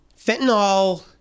Fentanyl